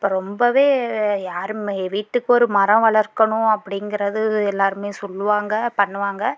இப்போது ரொம்பவே யாருமே வீட்டுக்கு ஒரு மரம் வளர்க்கணும் அப்படிங்கறது எல்லாருமே சொல்லுவாங்க பண்ணுவாங்க